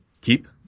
keep